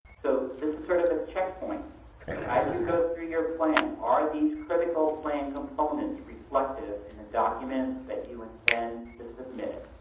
so, this is sort of a checkpoint. you know, as you go through your plan, are these critical plan components reflected in a document that you intend to submit